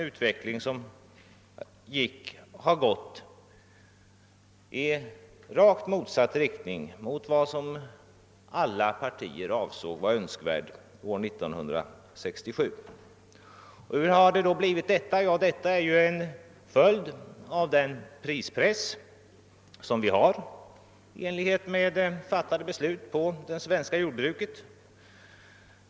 Utvecklingen har alltså gått i rakt motsatt riktning mot vad alla partier ansåg önskvärt år 1967, Varför har det blivit så? Jo, det är en följd av den prispress som i enlighet med fattade beslut föreligger beträffande det svenska jordbruket.